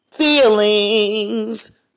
feelings